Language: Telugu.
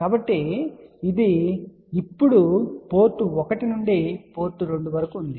కాబట్టి ఇది ఇప్పుడు పోర్ట్ 1 నుండి పోర్ట్ 2 వరకు ఉంది